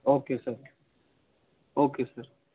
okay sir okay sir